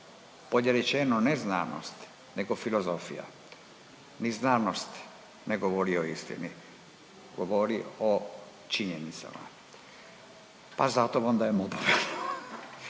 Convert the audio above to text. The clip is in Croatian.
rečeno, ne znanost, nego filozofija. Ni znanost ne govori o istini, govori o činjenicama, pa zato vam dajem